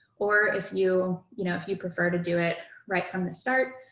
or if you, you know, if you prefer to do it right from the start,